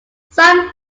some